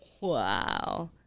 Wow